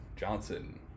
Johnson